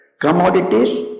commodities